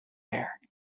bear